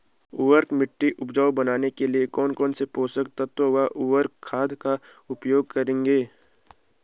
ऊसर मिट्टी को उपजाऊ बनाने के लिए कौन कौन पोषक तत्वों व उर्वरक खाद का उपयोग करेंगे?